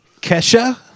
Kesha